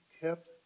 kept